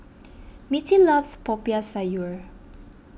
Mittie loves Popiah Sayur